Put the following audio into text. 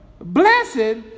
Blessed